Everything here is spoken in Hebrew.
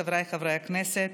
חבריי חברי הכנסת,